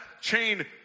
chain